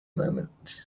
moment